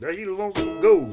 there you go